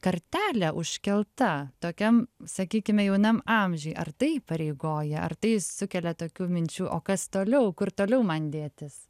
kartelė užkelta tokiam sakykime jaunam amžiuj ar tai įpareigoja ar tai sukelia tokių minčių o kas toliau kur toliau man dėtis